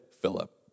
Philip